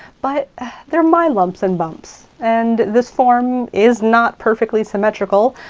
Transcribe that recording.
but they're my lumps and bumps. and this form is not perfectly symmetrical.